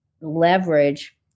leverage